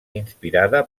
inspirada